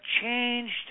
changed